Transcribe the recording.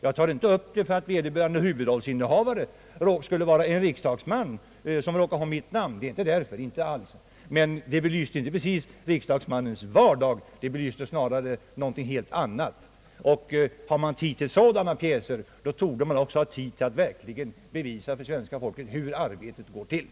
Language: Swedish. Jag tar inte upp den för att vederbörånde huvudrollsinnehavare skulle vara en riksdagsman, som råkade ha mitt namn, utan därför att den pjäsen inte precis belyste riksdagsmannens vardag, utan någonting helt annat. Har radion och televisionen tid till sådana pjäser, torde man också ha tid att visa svenska folket hur arbetet går till.